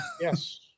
yes